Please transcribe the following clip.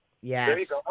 Yes